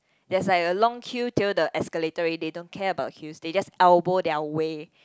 that's like a long queue till the escalator already they don't care about queues they just elbow their way